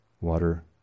Water